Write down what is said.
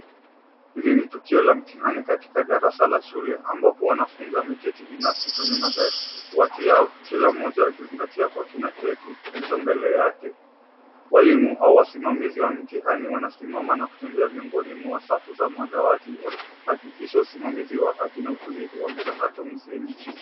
Hili ni tukio la mtihani katika darasa la shule amabapo wanafunzi wameketi binafsi kwenye mandhari kila mmoja akizingatia kwa kina kile kilicho mbele yake. Walimu au wasimamizi wa mitihani wanasimama miongoni wa safu za madawati wakihakikisha usimamizi wa haki au uchakati wa uzima.